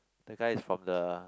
the guy is from the